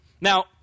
Now